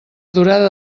durada